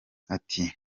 ati